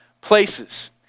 places